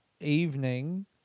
evening